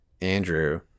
Andrew